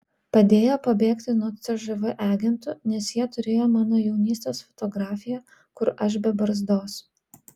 padėjo pabėgti nuo cžv agentų nes jie turėjo mano jaunystės fotografiją kur aš be barzdos